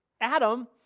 Adam